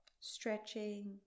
stretching